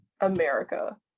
America